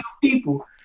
people